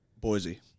Boise